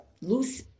Loose